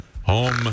Home